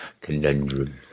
conundrum